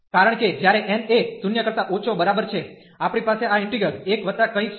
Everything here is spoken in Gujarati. કારણ કે જ્યારે n એ 0 કરતા ઓછો બરાબર છે આપણી પાસે આ ઈન્ટિગ્રલ 1 વત્તા કંઈક છે